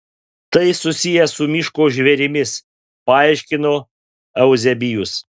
tai susiję su miško žvėrimis paaiškino euzebijus